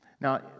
Now